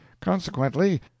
Consequently